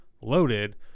loaded